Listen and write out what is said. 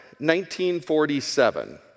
1947